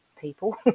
people